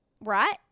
Right